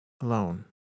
alone